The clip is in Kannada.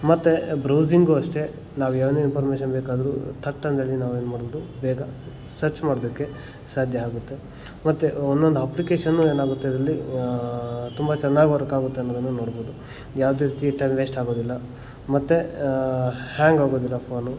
ಮತ್ತು ಬ್ರೌಸಿಂಗೂ ಅಷ್ಟೇ ನಾವು ಏನೇ ಇನ್ಫೋರ್ಮೇಷನ್ ಬೇಕಾದರೂ ಥಟ್ ಅಂತೇಳಿ ನಾವೇನುಮಾಡ್ಬೋದು ಬೇಗ ಸರ್ಚ್ ಮಾಡೋದಕ್ಕೆ ಸಾಧ್ಯ ಆಗುತ್ತೆ ಮತ್ತು ಒನ್ನೊಂದು ಅಪ್ಲಿಕೇಶನ್ನು ಏನಾಗುತ್ತೆ ಇದರಲ್ಲಿ ತುಂಬ ಚೆನ್ನಾಗ್ ವರ್ಕಾಗುತ್ತೆ ಅನ್ನೋದನ್ನು ನೋಡ್ಬೋದು ಯಾವುದೇ ರೀತಿ ಟೈಮ್ ವೇಸ್ಟ್ ಆಗೋದಿಲ್ಲ ಮತ್ತು ಹ್ಯಾಂಗ್ ಆಗೋದಿಲ್ಲ ಫೋನು